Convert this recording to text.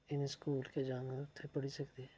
school गै जाङन उ'त्थें पढ़ी सकदे